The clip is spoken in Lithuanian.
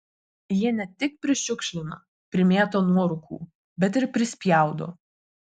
jie ne tik prišiukšlina primėto nuorūkų bet ir prispjaudo